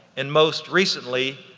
and most recently,